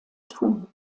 tun